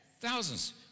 thousands